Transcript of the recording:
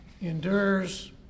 endures